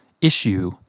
issue